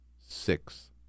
six